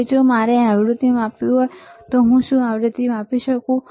હવે જો મારે આવૃતિ માપવી હોય તો શું હું આવૃતિ માપી શકું